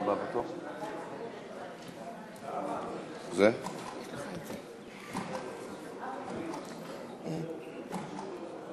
חוק שירות המדינה (גמלאות) (תיקון מס' 54),